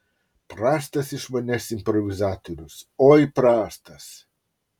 prastas iš manęs improvizatorius oi prastas